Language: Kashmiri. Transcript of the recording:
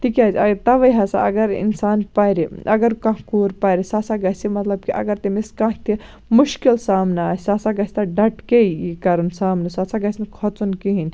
تِکیازِ اَگر تَوے ہسا اگر اِنسان پَرِ اَگر کانٛہہ کوٗر پَرِ سۅ ہسا گژھِ مطلب کہِ اَگر تٔمِس کانٛہہ تہِ مُشکِل سامنہٕ آسہِ سۅ ہسا گژھِ تتھ ڈٹ کے کَرٕنۍ سامنہٕ سۅ ہسا گژھِ نہٕ کھۄژُن کِہیٖنٛۍ